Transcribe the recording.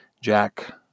Jack